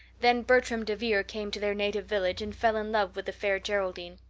then bertram devere came to their native village and fell in love with the fair geraldine.